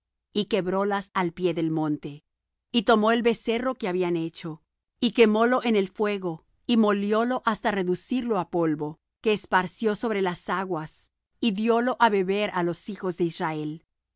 y quebrólas al pie del monte y tomó el becerro que habían hecho y quemólo en el fuego y moliólo hasta reducirlo á polvo que esparció sobre las aguas y diólo á beber á los hijos de israel